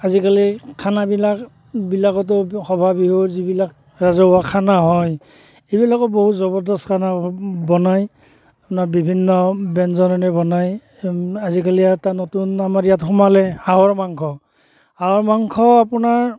আজিকালি খানাবিলাক বিলাকতো সভা বিহুৰ যিবিলাক ৰাজহুৱা খানা হয় সেইবিলাকো বহুত জবৰদস্ত খানা বনায় আপোনাৰ বিভিন্ন ব্যঞ্জনৰে বনায় আজিকালি এটা নতুন আমাৰ ইয়াত সোমালে হাঁহৰ মাংস হাঁহৰ মাংস আপোনাৰ